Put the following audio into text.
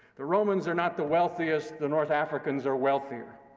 the romans are not the wealthiest. the north africans are wealthier.